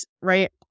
right